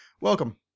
Welcome